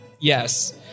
Yes